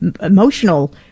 emotional